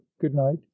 good-night